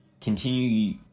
continue